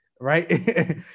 right